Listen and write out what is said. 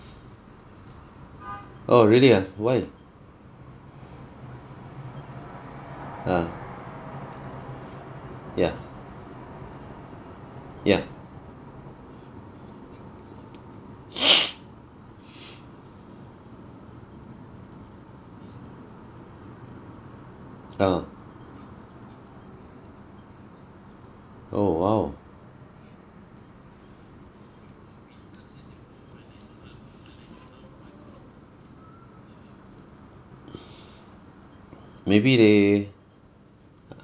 oh really ah why ah ya ya ah oh !wow! maybe they